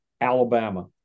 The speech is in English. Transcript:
Alabama